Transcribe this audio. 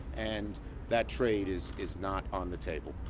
and that trade is is not on the table.